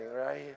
right